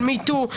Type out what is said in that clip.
של ME TOO,